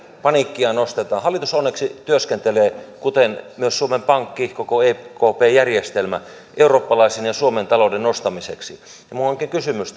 paniikkia nostetaan hallitus onneksi työskentelee kuten myös suomen pankki koko ekp järjestelmä eurooppalaisen ja suomen talouden nostamiseksi minulla onkin kysymys